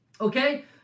Okay